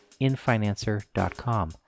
Infinancer.com